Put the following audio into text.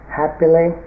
happily